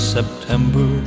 September